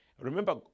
Remember